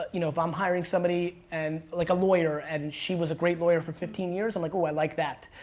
you know if i'm hiring somebody, and like a lawyer. and she was a great lawyer for fifteen years, i'm like ooh i like that.